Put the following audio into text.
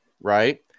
right